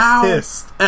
pissed